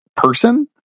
person